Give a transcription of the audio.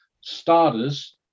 starters